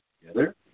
together